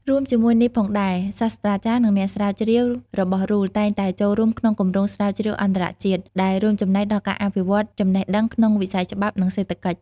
រួមជាមួយនេះផងដែរ សាស្ត្រាចារ្យ និងអ្នកស្រាវជ្រាវរបស់ RULE តែងតែចូលរួមក្នុងគម្រោងស្រាវជ្រាវអន្តរជាតិ ដែលរួមចំណែកដល់ការអភិវឌ្ឍន៍ចំណេះដឹងក្នុងវិស័យច្បាប់ និងសេដ្ឋកិច្ច។